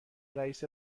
رئیس